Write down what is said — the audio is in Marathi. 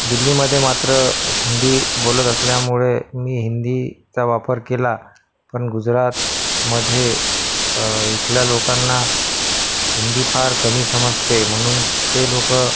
दिल्लीमध्ये मात्र हिंदी बोलत असल्यामुळे मी हिंदीचा वापर केला पण गुजरातमध्ये इथल्या लोकांना हिंदी फार कमी समजते म्हणून ते लोकं